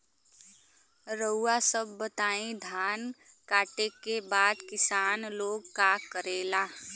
रउआ सभ बताई धान कांटेके बाद किसान लोग का करेला?